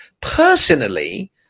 Personally